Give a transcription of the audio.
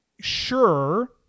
sure